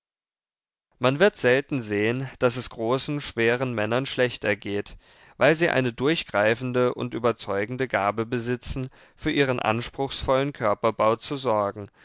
man wird selten sehen daß es großen schweren männern schlecht ergeht weil sie eine durchgreifende und überzeugende gabe besitzen für ihren anspruchsvollen körperbau zu sorgen